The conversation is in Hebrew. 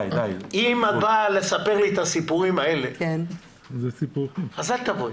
אם את באה לספר לי את הסיפורים האלה, אז אל תבואי.